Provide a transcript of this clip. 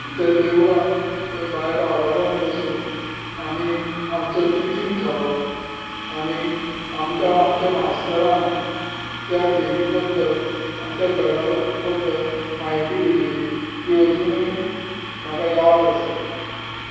त्या देवळान थंय भायर आवारांत बसून आमी आमचो टिफीन खावप आनी आमकां आमच्या मास्तरान त्या देवी बद्दल आनी त्या गडा बद्दल माहिती दिल्ली ती अजुनूय म्हाका याद आसा